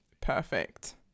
Perfect